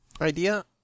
idea